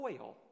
oil